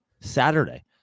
Saturday